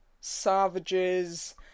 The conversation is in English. savages